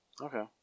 Okay